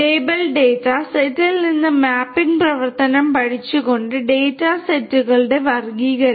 label data സെറ്റിൽ നിന്ന് mapping പ്രവർത്തനം പഠിച്ചുകൊണ്ട് ഡാറ്റ സെറ്റുകളുടെ വർഗ്ഗീകരണം